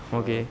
okay